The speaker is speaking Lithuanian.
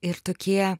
ir tokie